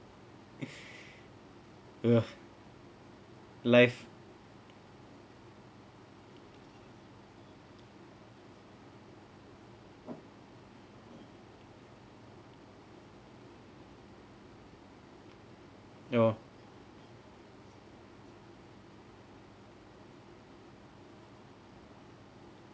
ugh life ya oh